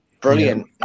Brilliant